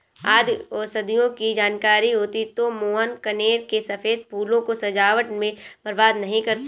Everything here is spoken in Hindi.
यदि औषधियों की जानकारी होती तो मोहन कनेर के सफेद फूलों को सजावट में बर्बाद नहीं करता